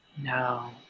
No